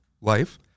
life